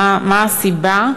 2. מהי הסיבה?